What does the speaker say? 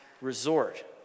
resort